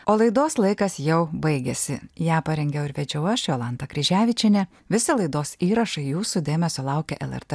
o laidos laikas jau baigiasi ją parengiau ir vedžiau aš jolanta kryževičienė visą laidos įrašą jūsų dėmesio laukia lrt